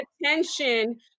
attention